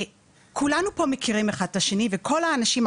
כולנו פה מכירים אחד את השני וכל האנשים,